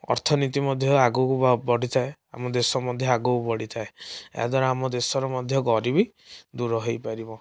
ଅର୍ଥନୀତି ମଧ୍ୟ ଆଗକୁ ବଢ଼ିଥାଏ ଆମ ଦେଶ ମଧ୍ୟ ଆଗକୁ ବଢ଼ିଥାଏ ଏହାଦ୍ବାରା ଆମ ଦେଶର ମଧ୍ୟ ଗରିବୀ ଦୂର ହେଇପାରିବ